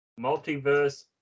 Multiverse